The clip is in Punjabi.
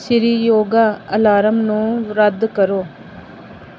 ਸਿਰੀ ਯੋਗਾ ਅਲਾਰਮ ਨੂੰ ਰੱਦ ਕਰੋ